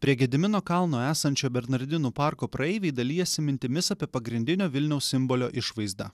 prie gedimino kalno esančio bernardinų parko praeiviai dalijasi mintimis apie pagrindinio vilniaus simbolio išvaizdą